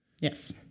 Yes